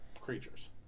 creatures